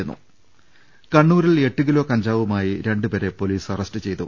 രദ്ദേഷ്ടങ കണ്ണൂരിൽ എട്ട് കിലോ കഞ്ചാവുമായി രണ്ടുപ്പേരെ പൊലീസ് അറസ്റ്റ് ചെയ്തു